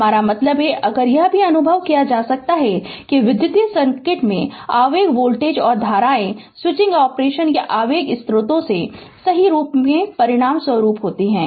हमारा मतलब है अगर यह भी अनुभव किया जा सकता है कि विद्युत सर्किट में आवेग वोल्टेज और धाराएं स्विचिंग ऑपरेशन या आवेग स्रोतों के सही होने के परिणामस्वरूप होती हैं